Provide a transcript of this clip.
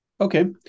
Okay